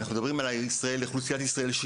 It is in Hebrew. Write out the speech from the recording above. אם אנחנו מדברים על אוכלוסייה שיוצאת